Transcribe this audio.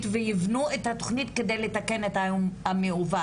ויבנו את התכנית כדי לתקן את המעוות.